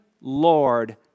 Lord